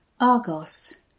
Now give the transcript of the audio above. Argos